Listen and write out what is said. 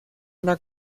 una